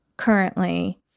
currently